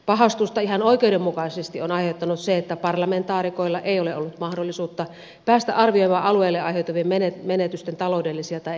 pahastusta ihan oikeudenmukaisesti on aiheuttanut se että parlamentaarikoilla ei ole ollut mahdollisuutta päästä arvioimaan alueelle aiheutuvien menetysten taloudellisia tai elinkeinopoliittisia vaikutuksia